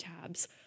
tabs